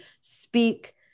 speak